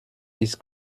ist